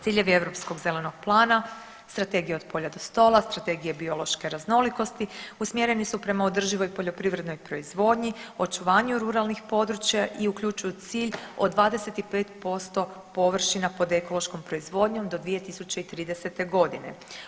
Ciljevi Europskog zelenog plana, Strategije „Od polja do stola“, Strategije biološke raznolikosti usmjereni su prema održivoj poljoprivrednoj proizvodnji, očuvanju ruralnih područja i uključuju cilj od 25% površina pod ekološkom proizvodnjom do 2030.g.